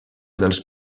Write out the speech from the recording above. dels